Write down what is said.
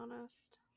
honest